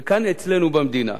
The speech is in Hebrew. וכאן אצלנו במדינה,